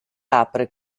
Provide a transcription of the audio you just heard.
apre